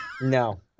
No